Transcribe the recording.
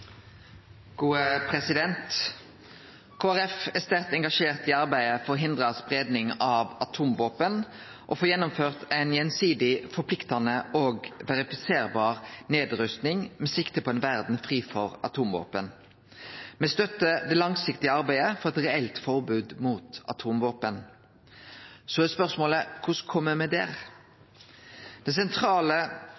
er sterkt engasjert i arbeidet for å hindre spreiing av atomvåpen og få gjennomført ei gjensidig, forpliktande og verifiserbar nedrusting med sikte på ei verd fri for atomvåpen. Me støttar det langsiktige arbeidet for eit reelt forbod mot atomvåpen. Så er spørsmålet: Korleis kjem me